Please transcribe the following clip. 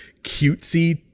cutesy